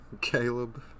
Caleb